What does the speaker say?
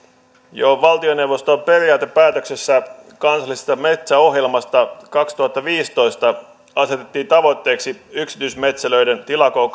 jo valtioneuvoston periaatepäätöksessä kansallisesta metsäohjelmasta kaksituhattaviisitoista asetettiin tavoitteeksi yksityismetsälöiden tilakoon